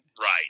right